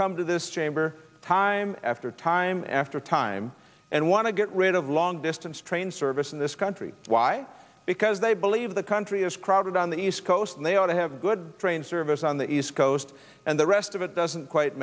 come to this chamber time after time after time and want to get rid of long distance train service in this country why because they believe the country is crowded on the east coast and they ought to have good train service on the east coast and the rest of it doesn't quite